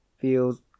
feels